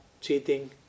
cheating